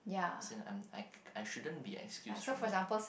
as in I'm I I shouldn't be excused from that